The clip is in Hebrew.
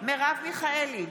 מרב מיכאלי,